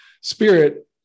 spirit